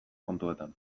kontuetan